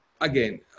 again